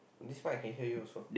this mike I can hear you also